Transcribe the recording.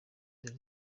dore